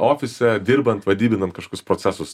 ofise dirbant adybinant kažkokius proesus